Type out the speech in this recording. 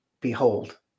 behold